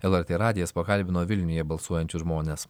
lrt radijas pakalbino vilniuje balsuojančius žmones